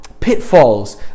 pitfalls